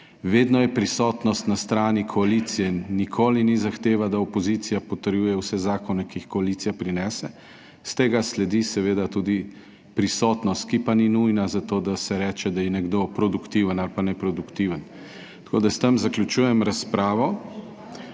vedno je prisotnost na strani koalicije in nikoli ni zahteva, da opozicija potrjuje vse zakone, ki jih koalicija prinese. Iz tega sledi seveda tudi prisotnost, ki pa ni nujna zato, da se reče, da je nekdo produktiven ali pa ne produktiven. Tako, da s tem zaključujem razpravo.